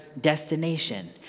destination